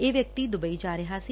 ਇਹ ਵਿਅਕਤੀ ਡੁਬੱਈ ਜਾ ਰਿਹਾ ਸੀ